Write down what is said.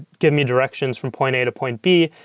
give me directions from point a to point b,